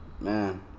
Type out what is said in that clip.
man